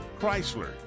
Chrysler